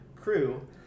crew